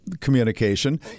communication